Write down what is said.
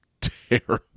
terrible